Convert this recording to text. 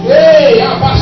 Hey